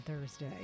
Thursday